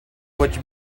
which